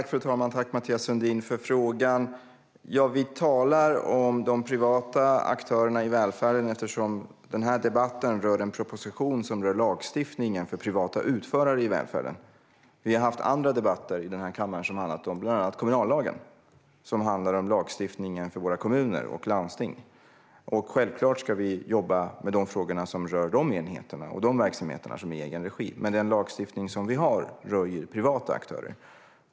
Fru talman! Tack, Mathias Sundin, för frågan! Vi talar om de privata aktörerna i välfärden eftersom den här debatten rör en proposition om lagstiftningen för privata utförare i välfärden. Vi har haft andra debatter i den här kammaren som har handlat om bland annat kommunallagen. Det har rört lagstiftningen för våra kommuner och landsting. Självklart ska vi jobba med de frågor som rör de enheter och verksamheter som utförs i egen regi, men den lagstiftning som vi har att behandla rör privata aktörer.